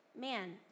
man